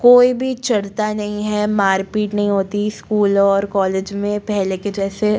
कोई भी चढ़ता नहीं है मार पीट नहीं होती स्कूलों और कॉलेज में पहले के जैसे